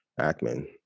Ackman